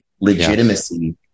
legitimacy